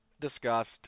discussed